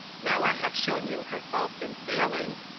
now i have shown you her faults and failings,